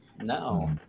no